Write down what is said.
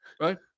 right